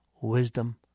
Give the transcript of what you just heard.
wisdom